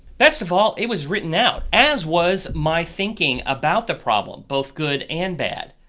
best of all it was written out. as was my thinking about the problem, both good and bad.